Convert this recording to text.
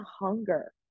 hunger